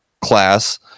class